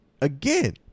again